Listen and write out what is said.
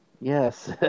Yes